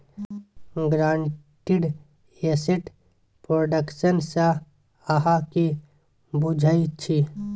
guaranteed asset production सँ अहाँ कि बुझै छी